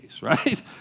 right